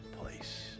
place